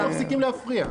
הם לא מפסיקים להפריע.